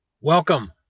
Welcome